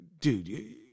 dude